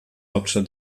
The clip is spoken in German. hauptstadt